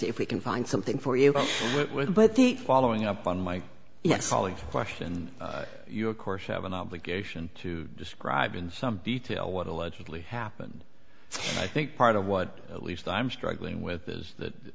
if we can find something for you but the following up on my yes ali question you of course have an obligation to describe in some detail what allegedly happened and i think part of what at least i'm struggling with is that